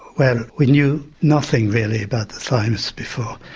well we knew nothing really about the thymus before.